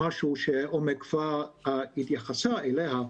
משהו שעומר כבר התייחסה אליו,